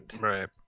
Right